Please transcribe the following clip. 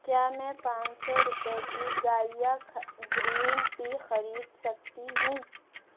کیا میں پانچ سو روپئے کی گائیا گرین ٹی خرید سکتی ہوں